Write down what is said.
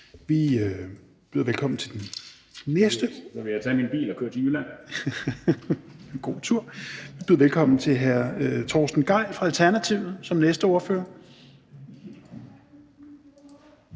(Niels Flemming Hansen (KF): Nu vil jeg tage min bil og køre til Jylland). God tur. Vi byder velkommen til hr. Torsten Gejl fra Alternativet som næste ordfører.